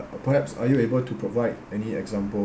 perhaps are you able to provide any example